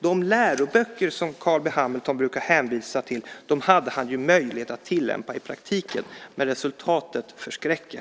De läroböcker som Carl B Hamilton brukar hänvisa till hade han ju möjlighet att tillämpa i praktiken, men resultatet förskräcker.